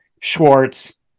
Schwartz